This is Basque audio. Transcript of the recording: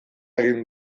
egin